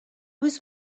was